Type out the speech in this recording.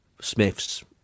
Smiths